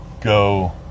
go